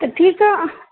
त ठीकु आहे